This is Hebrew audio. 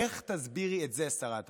איך תסבירי את זה, שרת ההסברה?